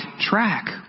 track